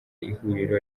ihuriro